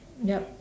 yup